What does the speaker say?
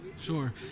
Sure